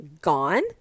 gone